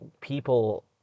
people